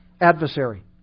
Adversary